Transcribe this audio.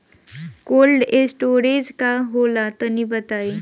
Cold storage का होला तनि बताई?